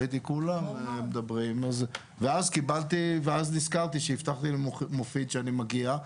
ראיתי שכולם מדברים ואז נזכרתי שהבטחתי למופיד שאני מגיע,